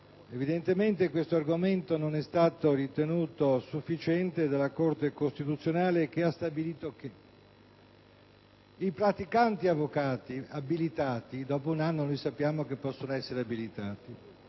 evidentemente questo argomento non è stato ritenuto sufficiente dalla Corte costituzionale, che ha stabilito che i praticanti avvocati abilitati - dopo un anno sappiamo che possono essere abilitati